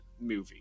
movie